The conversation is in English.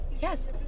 yes